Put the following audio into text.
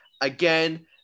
again